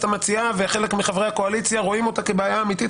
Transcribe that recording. המציעה וחלק מחברי הקואליציה רואים אותה כבעיה אמיתית,